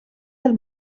del